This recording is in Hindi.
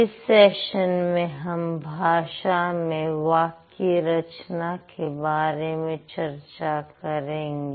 इस सेशन में हम भाषा में वाक्य रचना के बारे में चर्चा करेंगे